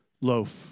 loaf